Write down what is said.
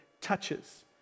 touches